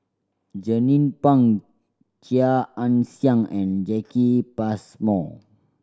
Jernnine Pang Chia Ann Siang and Jacki Passmore